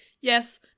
yes